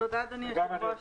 תודה, אדוני היושב-ראש.